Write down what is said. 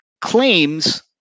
claims